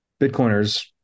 Bitcoiners